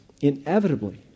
inevitably